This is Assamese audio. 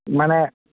মানে